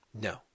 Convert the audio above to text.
No